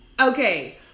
okay